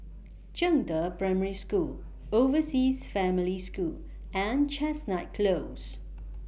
Zhangde Primary School Overseas Family School and Chestnut Close